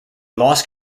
lost